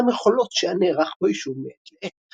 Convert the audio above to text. המחולות שהיה נערך ביישוב מעת לעת.